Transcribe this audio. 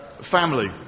Family